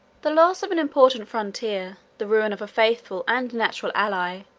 the loss of an important frontier, the ruin of a faithful and natural ally,